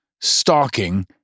stalking